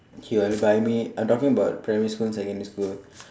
he want to buy me uh definitely bought primary school secondary school